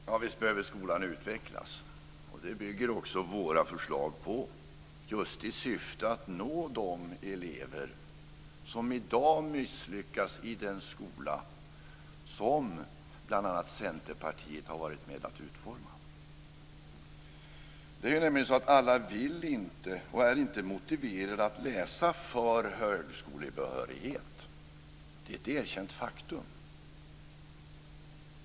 Fru talman! Visst behöver skolan utvecklas. Det bygger också våra förslag på, just i syfte att nå de elever som i dag misslyckas i den skola som bl.a. Centerpartiet har varit med om att utforma. Alla vill inte och är inte motiverade att läsa för högskolebehörighet. Det är ett erkänt faktum.